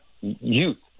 youth